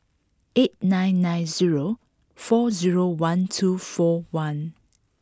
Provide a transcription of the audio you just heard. eight nine nine zero four zero one two four one